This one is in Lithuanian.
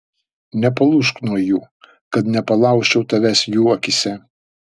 nepalūžk nuo jų kad nepalaužčiau tavęs jų akyse